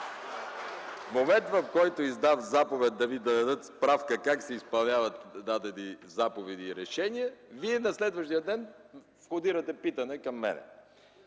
момента, в който издам заповед да ми дадат справка как се изпълняват дадени заповеди и решения, Вие на следващия ден отправяте питане към мене.